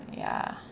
ya